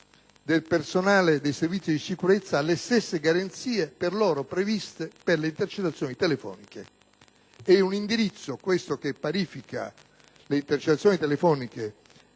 del personale dei Servizi di sicurezza alle stesse garanzie previste per le intercettazioni telefoniche. Questo che parifica le intercettazioni telefoniche